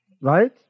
right